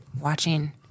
watching